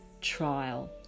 trial